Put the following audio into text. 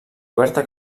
oberta